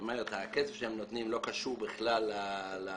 זאת אומרת, הכסף שהם נותנים לא קשור בכלל להלוואה.